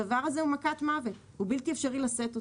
זה בלתי אפשר לשאת אותו.